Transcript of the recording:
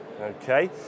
Okay